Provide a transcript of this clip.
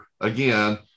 again